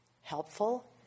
helpful